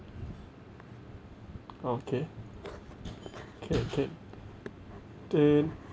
okay okay okay then